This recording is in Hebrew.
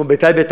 כמו בטייבה,